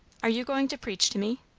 are you going to preach to me?